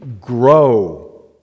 grow